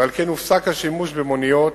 ועל כן הופסק השימוש במוניות